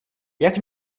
jak